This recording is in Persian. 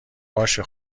باشه